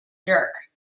jerk